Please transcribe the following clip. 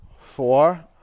four